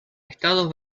estados